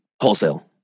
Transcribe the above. Wholesale